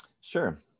Sure